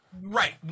Right